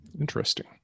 interesting